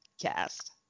cast